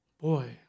Boy